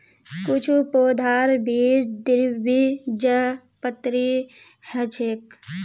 कुछू पौधार बीज द्विबीजपत्री ह छेक